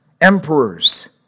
emperors